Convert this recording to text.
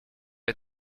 est